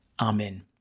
Amen